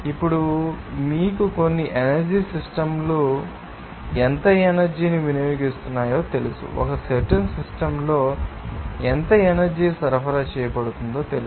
ఇప్పుడు మీకు కొన్ని ఎనర్జీ సిస్టమ్ లు తెలుసు ఎంత ఎనర్జీ ని వినియోగిస్తున్నారు ఒక సర్టెన్ సిస్టమ్ లో ఎంత ఎనర్జీ సరఫరా చేయబడుతుందో మాకు తెలుసు